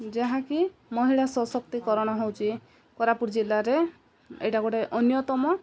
ଯାହାକି ମହିଳା ସଶକ୍ତିକରଣ ହେଉଛି କୋରାପୁଟ ଜିଲ୍ଲାରେ ଏଇଟା ଗୋଟେ ଅନ୍ୟତମ